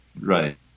right